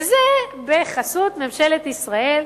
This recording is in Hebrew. וזה בחסות ממשלת ישראל,